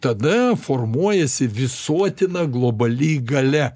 tada formuojasi visuotina globali galia